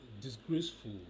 disgraceful